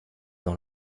dans